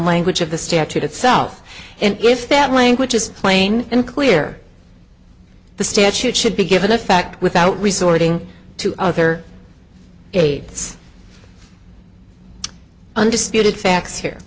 language of the statute itself and if that language is plain and clear the statute should be given a fact without resorting to other aides understated facts here